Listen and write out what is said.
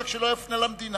רק שלא יפנה למדינה,